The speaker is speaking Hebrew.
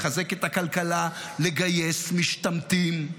לחזק את הכלכלה, לגייס משתמטים,